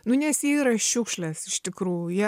nu nes jie yra šiukšlės iš tikrųjų